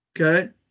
Okay